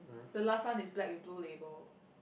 the last one is black with blue label